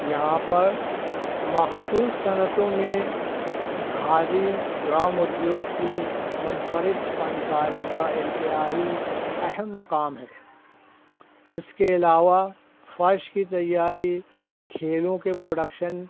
یہاں پر مخصوص صنعتوں میں کھادی گرام ادیوگ کی منفرد فنکاری کا انتہائی اہم مقام ہے اس کے علاوہ فرش کی تیاری کھیلوں کے پروڈکشن